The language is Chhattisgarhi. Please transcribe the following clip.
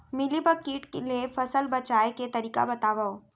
मिलीबाग किट ले फसल बचाए के तरीका बतावव?